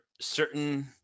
certain